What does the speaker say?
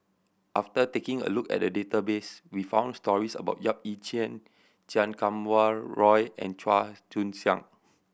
after taking a look at the database we found stories about Yap Ee Chian Chan Kum Wah Roy and Chua Joon Siang